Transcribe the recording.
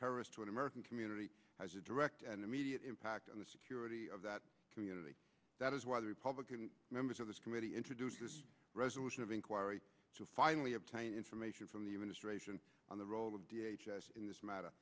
terrorist to an american community has a direct and immediate impact on the security of that community that is why the republican members of this committee introduced a resolution of inquiry to finally obtain information from the administration on the role of in this matter